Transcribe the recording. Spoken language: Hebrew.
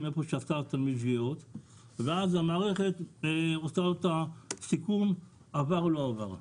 ואז המערכת עושה את הסיכום עבר או לא עבר.